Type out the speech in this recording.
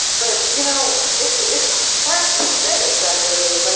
but you know it's it's to say exactly what it is. and